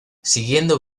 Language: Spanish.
siguiendo